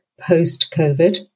post-COVID